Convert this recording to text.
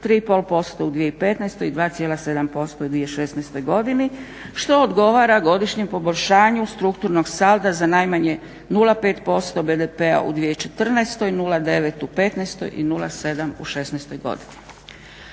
3,5% u 2015. i 2,7% u 2016. godini što odgovara godišnjem poboljšanju strukturnog salda na najmanje 0,5% BDP-a u 2014., 0,9% u '15. ii 0,7% u '16. godini.